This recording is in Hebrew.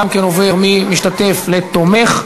גם כן עובר ממשתתף לתומך,